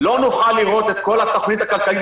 לא נוכל לראות את כל התוכנית הכלכלית